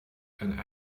and